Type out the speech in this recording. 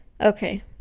Okay